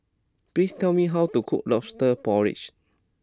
please tell me how to cook Lobster Porridge